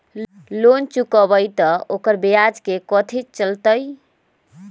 Loan चुकबई त ओकर ब्याज कथि चलतई?